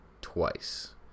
twice